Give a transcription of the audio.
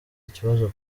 ikibazo